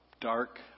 dark